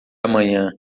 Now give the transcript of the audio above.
amanhã